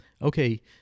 Okay